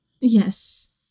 yes